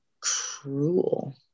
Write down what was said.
cruel